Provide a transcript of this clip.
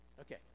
Okay